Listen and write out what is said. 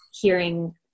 hearing